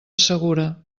segura